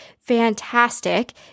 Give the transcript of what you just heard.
fantastic